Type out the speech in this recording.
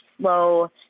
slow